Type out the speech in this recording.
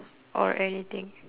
or anything